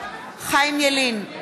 חיים ילין,